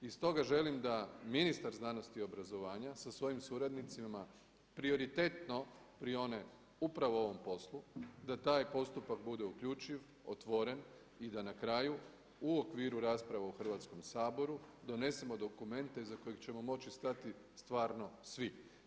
I stoga želim da ministar znanosti i obrazovanja sa svojim suradnicima prioritetno prione upravo ovom poslu, da taj postupak bude uključiv, otvoren i da na kraju u okviru rasprave u Hrvatskom saboru donesemo dokumente iza kojeg ćemo stati stvarno svi.